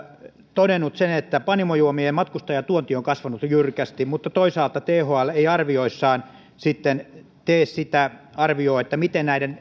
todennut sen että panimojuomien matkustajatuonti on kasvanut jyrkästi mutta toisaalta thl ei arvioissaan tee sitä arviota miten näiden